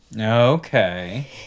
Okay